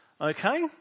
okay